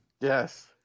Yes